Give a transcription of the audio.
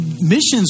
missions